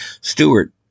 Stewart